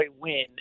win